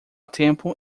tempo